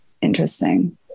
Interesting